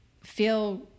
feel